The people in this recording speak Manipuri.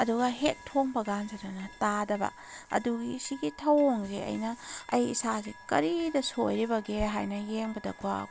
ꯑꯗꯨꯒ ꯍꯦꯛ ꯊꯣꯡꯕ ꯀꯥꯟꯁꯤꯗꯅ ꯇꯥꯗꯕ ꯑꯗꯨꯒꯤ ꯑꯁꯤꯒꯤ ꯊꯧꯑꯣꯡꯁꯦ ꯑꯩꯅ ꯑꯩ ꯏꯁꯥꯁꯤ ꯀꯔꯤꯗ ꯁꯣꯏꯔꯤꯕꯒꯦ ꯍꯥꯏꯅ ꯌꯦꯡꯕꯗꯀꯣ